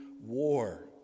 war